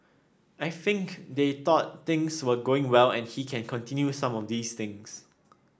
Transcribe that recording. I think they thought things were going well and he can continue some of these things